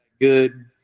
good